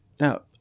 Now